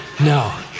no